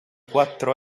quattro